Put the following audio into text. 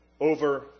over